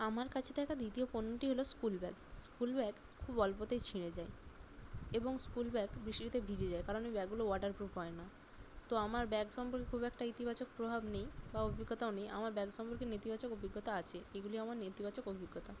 আমার কাছে থাকা দ্বিতীয় পণ্যটি হলো স্কুলব্যাগ স্কুলব্যাগ খুব অল্পতেই ছিঁড়ে যায় এবং স্কুলব্যাগ বৃষ্টিতে ভিজে যায় কারণ ওই ব্যাগগুলো ওয়াটারপ্রুফ হয় না তো আমার ব্যাগ সম্পর্কে খুব একটা ইতিবাচক প্রভাব নেই বা অভিজ্ঞতাও নেই আমার ব্যাগ সম্পর্কে নেতিবাচক অভিজ্ঞতা আছে এগুলি আমার নেতিবাচক অভিজ্ঞতা